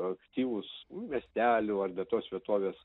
aktyvūs miestelių arba tos vietovės